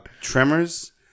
tremors